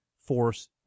force